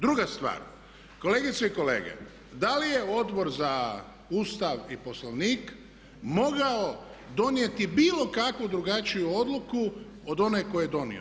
Druga stvar, kolegice i kolege da li je Odbor za Ustav i Poslovnik mogao donijeti bilo kakvu drugačiju odluku od one koju je donio.